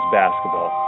basketball